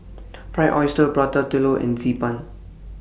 Fried Oyster Prata Telur and Xi Ban